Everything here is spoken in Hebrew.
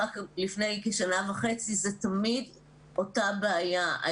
רק לפני כשנה וחצי וזאת תמיד אותה בעיה.